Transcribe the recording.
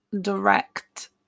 direct